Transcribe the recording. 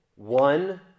One